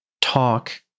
talk